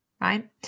right